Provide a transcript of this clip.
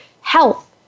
health